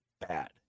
bad